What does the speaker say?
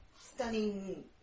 Stunning